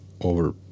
over